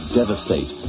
devastate